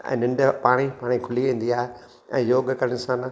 ऐं निंड पाण ई पाण ई खुली वेंदी आहे ऐं योगु करण सां न